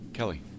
Kelly